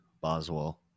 Boswell